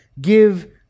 give